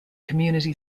community